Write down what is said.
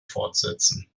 fortsetzen